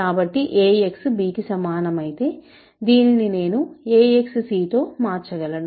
కాబట్టి ax b కి సమానం అయితే దీనిని నేను axc తో మార్చగలను